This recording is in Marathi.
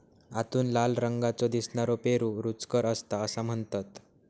आतून लाल रंगाचो दिसनारो पेरू रुचकर असता असा म्हणतत